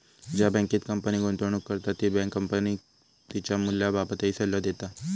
ज्या बँकेत कंपनी गुंतवणूक करता ती बँक कंपनीक तिच्या मूल्याबाबतही सल्लो देता